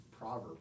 proverb